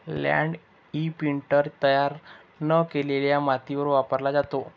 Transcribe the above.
land imprinter तयार न केलेल्या मातीवर वापरला जातो